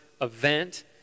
event